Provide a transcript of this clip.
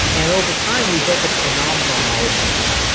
and over time we built a phenomenal knowledge base.